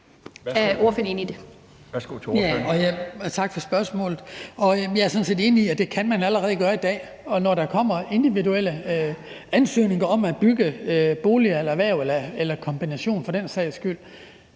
Jeg er sådan set enig i, at det kan man allerede gøre i dag, og når der kommer individuelle ansøgninger om at bygge boliger eller erhverv eller for den sags skyld